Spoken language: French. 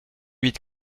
huit